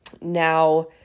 Now